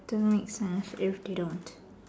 doesn't make sense if they don't